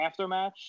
aftermatch